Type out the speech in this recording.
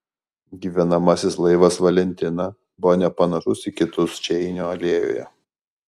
gyvenamasis laivas valentina buvo nepanašus į kitus čeinio alėjoje